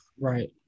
right